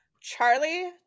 Charlie